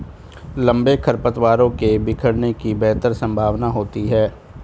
लंबे खरपतवारों के बिखरने की बेहतर संभावना होती है